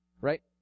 right